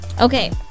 Okay